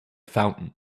fountain